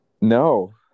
No